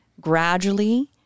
gradually